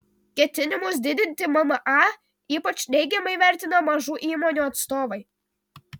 ketinimus didinti mma ypač neigiamai vertina mažų įmonių atstovai